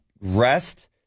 rest